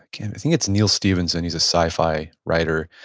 can't, i think it's neal stephenson. he's a sci-fi writer,